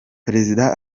perezida